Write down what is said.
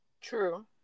True